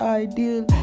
ideal